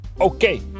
okay